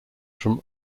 from